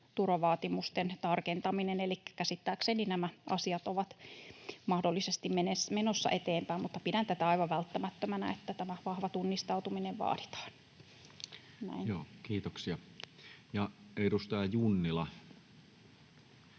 tietoturvavaatimusten tarkentaminen. Elikkä käsittääkseni nämä asiat ovat mahdollisesti menossa eteenpäin, mutta pidän aivan välttämättömänä, että tämä vahva tunnistautuminen vaaditaan. [Speech 204] Speaker: